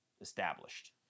established